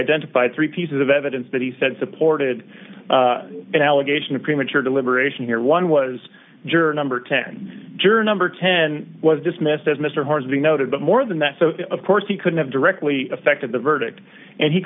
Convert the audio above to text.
identified three pieces of evidence that he said supported an allegation of premature deliberation here one was juror number ten juror number ten was dismissed as mr hornsby noted but more than that of course he could have directly affected the verdict and he